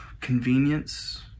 convenience